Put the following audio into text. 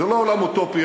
זה לא עולם אוטופי.